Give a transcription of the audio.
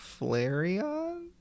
Flareon